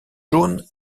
jaune